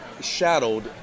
shadowed